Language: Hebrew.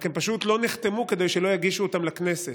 רק הם פשוט לא נחתמו כדי שלא יגישו אותם לכנסת.